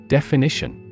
Definition